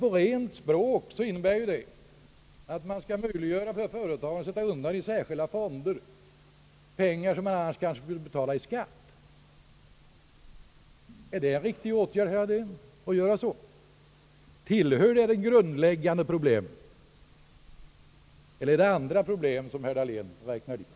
På rent språk betyder detta att man skall göra det möjligt för våra företag att i särskilda fonder sätta undan pengar som de kanske annars fått betala i skatt. Är det en riktig åtgärd, herr Dahlén, att göra så? Tillhör sådant »de grundläggande problemen», eller är det andra problem som herr Dahlén räknar dit?